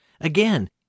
Again